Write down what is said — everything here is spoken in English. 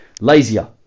lazier